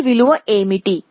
ఈ విలువ ఏమిటి